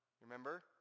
Remember